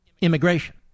immigration